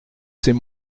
c’est